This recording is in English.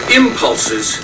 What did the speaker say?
impulses